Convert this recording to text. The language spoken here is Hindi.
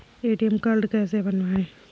ए.टी.एम कार्ड कैसे बनवाएँ?